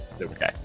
Okay